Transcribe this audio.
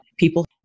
People